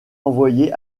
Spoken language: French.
envoyé